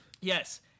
Yes